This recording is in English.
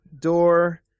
door